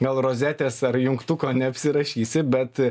gal rozetės ar jungtuko neapsirašysi bet